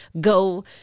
Go